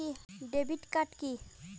Debit card key?